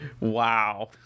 Wow